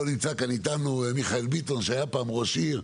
לא נמצא כאן אתנו מיכאל ביטון, שהיה פעם ראש עיר,